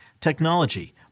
technology